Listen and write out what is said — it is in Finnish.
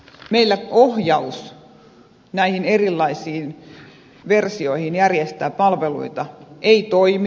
meillä ohjaus näihin erilaisiin versioihin järjestää palveluita ei toimi